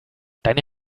deine